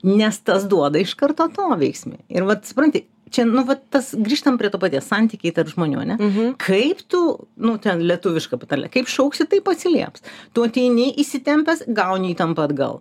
nes tas duoda iš karto atoveiksmį ir vat supranti čia nu vat tas grįžtam prie to paties santykiai tarp žmonių ane kaip tu nu ten lietuviška patarlė kaip šauksi taip atsilieps tu ateini įsitempęs gauni įtampą atgal